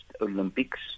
Olympics